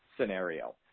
scenario